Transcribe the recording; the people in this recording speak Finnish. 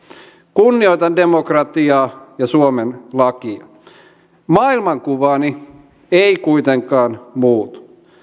kunnioitan demokratiaa ja suomen lakia maailmankuvani ei kuitenkaan muutu